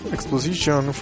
Exposition